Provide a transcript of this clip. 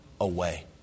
away